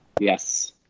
Yes